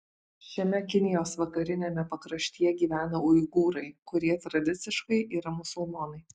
šiame kinijos vakariniame pakraštyje gyvena uigūrai kurie tradiciškai yra musulmonai